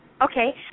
Okay